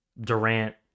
Durant